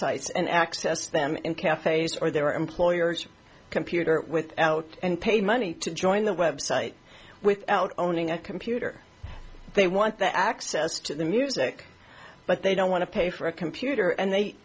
sites and access them in cafes or their employers computer without and pay money to join the website without owning a computer they want the access to the music but they don't want to pay for a computer and they